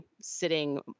sitting